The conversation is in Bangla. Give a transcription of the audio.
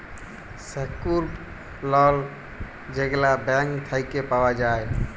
সেক্যুরড লল যেগলা ব্যাংক থ্যাইকে পাউয়া যায়